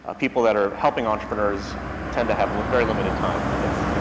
ah people that are helping entrepreneurs tend to have very limited time. it's, you